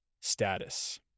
status